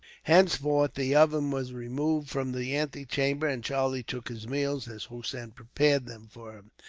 henceforth the oven was removed from the antechamber, and charlie took his meals as hossein prepared them for him.